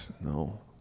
No